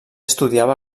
estudiava